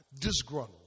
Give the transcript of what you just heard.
disgruntled